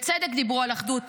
בצדק דיברו על אחדות